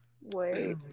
Wait